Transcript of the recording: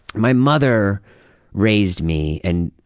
my mother raised me and,